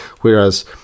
whereas